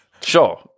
Sure